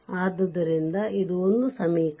ಆದ್ದರಿಂದ ಇದು ಒಂದು ಸಮೀಕರಣ